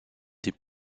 des